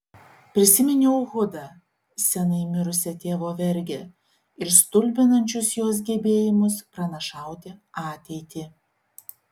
prisiminiau hudą seniai mirusią tėvo vergę ir stulbinančius jos gebėjimus pranašauti ateitį